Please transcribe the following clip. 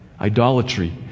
Idolatry